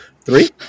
Three